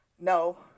No